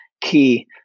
key